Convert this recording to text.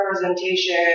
representation